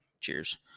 cheers